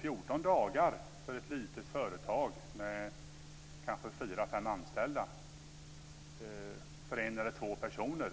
14 dagar för ett litet företag med fyra-fem anställda kan vara fruktansvärt svårt och allvarligt för en eller två personer